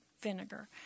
vinegar